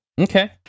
Okay